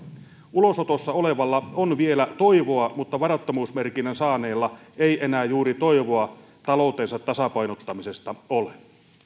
ulosotossa olevalla on vielä toivoa mutta varattomuusmerkinnän saaneella ei enää juuri toivoa taloutensa tasapainottamisesta ole